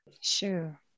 Sure